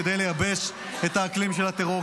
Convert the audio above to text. כדי לייבש את האקלים של הטרור,